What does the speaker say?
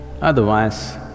Otherwise